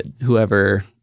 Whoever